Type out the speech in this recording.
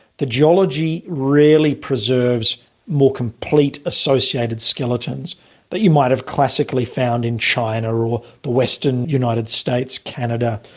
the geology rarely preserves more complete associated skeletons that you might have classically found in china or or the western united states, canada,